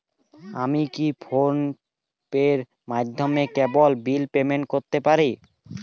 আমি কি ফোন পের মাধ্যমে কেবল বিল পেমেন্ট করতে পারি?